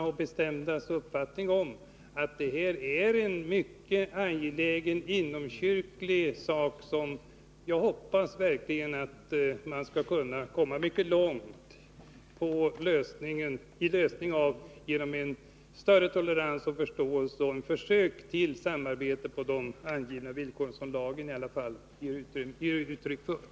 Min bestämda uppfattning är att detta är en mycket angelägen inomkyrklig fråga, och jag hoppas verkligen att man skall kunna komma mycket långt fram mot en lösning av den genom en större tolerans och förståelse och genom ett försök till samarbete under de av lagen angivna villkoren.